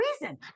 reason